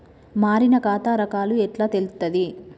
మారిన ఖాతా రకాలు ఎట్లా తెలుత్తది?